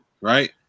Right